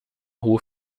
rua